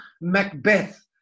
Macbeth